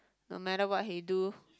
no matter what he do